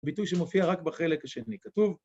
ביטוי שמופיע רק בחלק השני. כתוב